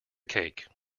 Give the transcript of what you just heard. cake